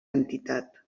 entitat